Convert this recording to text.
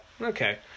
Okay